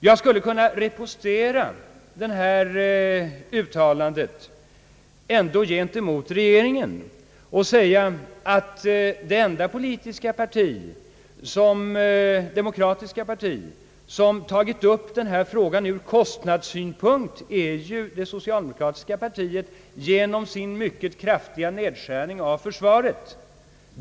Jag skulle kunna ripostera detta uttalande gentemot regeringen och säga, att det enda demokratiska politiska parti som tagit upp neutraliteten ur kostnadssynpunkt är det socialdemokratiska partiet genom sin mycket kraftiga nedskärning av försvaret.